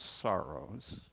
sorrows